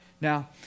Now